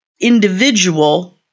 individual